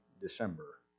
December